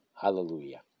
Hallelujah